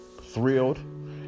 thrilled